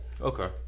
Okay